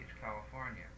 California